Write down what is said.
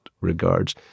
regards